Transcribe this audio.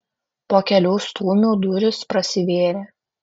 po kelių stūmių durys prasivėrė